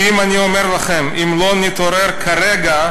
כי אני אומר לכם: אם לא נתעורר כרגע,